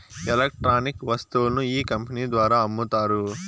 electronic వస్తువులను ఈ company ద్వారా అమ్ముతారు